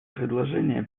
предложение